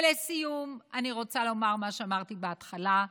ולסיום אני רוצה לומר מה שאמרתי בהתחלה: